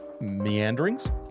meanderings